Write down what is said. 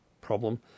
problem